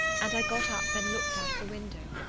and i got up and looked out of the window.